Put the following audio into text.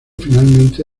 finalmente